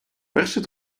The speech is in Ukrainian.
перший